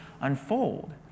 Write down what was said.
unfold